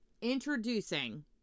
introducing